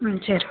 ம் சரி